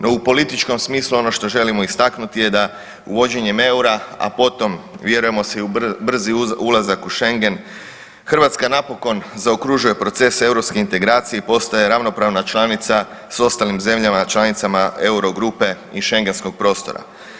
No, u političkom smislu ono što želimo istaknuti je da uvođenjem EUR-a, a potom vjerujemo se i u brzi ulazak u Schengen Hrvatska napokon zaokružuje proces europske integracije i postaje ravnopravna članica s ostalim zemljama članicama eurogrupe i Schengenskog prostora.